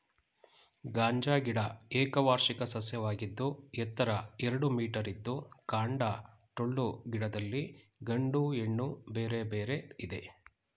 ಗಾಂಜಾ ಗಿಡ ಏಕವಾರ್ಷಿಕ ಸಸ್ಯವಾಗಿದ್ದು ಎತ್ತರ ಎರಡು ಮೀಟರಿದ್ದು ಕಾಂಡ ಟೊಳ್ಳು ಗಿಡದಲ್ಲಿ ಗಂಡು ಹೆಣ್ಣು ಬೇರೆ ಬೇರೆ ಇದೆ